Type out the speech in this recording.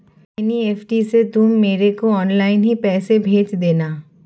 NEFT से तुम मेरे को ऑनलाइन ही पैसे भेज देना